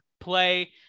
play